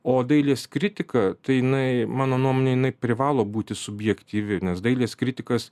o dailės kritika tai jinai mano nuomone jinai privalo būti subjektyvi nes dailės kritikas